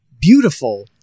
beautiful